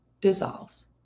dissolves